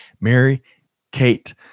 Mary-Kate